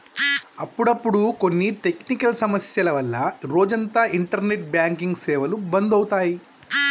అప్పుడప్పుడు కొన్ని టెక్నికల్ సమస్యల వల్ల రోజంతా ఇంటర్నెట్ బ్యాంకింగ్ సేవలు బంధు అవుతాయి